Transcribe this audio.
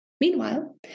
Meanwhile